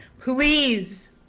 please